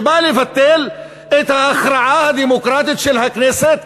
שבא לבטל את ההכרעה הדמוקרטית של הכנסת,